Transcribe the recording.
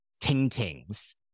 ting-tings